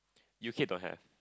U_K don't have